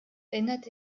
erinnert